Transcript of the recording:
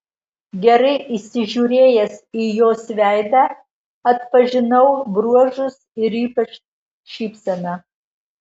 gerai įsižiūrėjęs į jos veidą atpažinau bruožus ir ypač šypseną